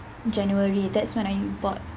january that's when I bought